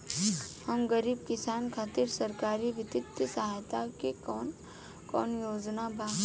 हम गरीब किसान खातिर सरकारी बितिय सहायता के कवन कवन योजना बा?